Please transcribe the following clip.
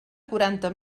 quaranta